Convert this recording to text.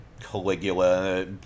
Caligula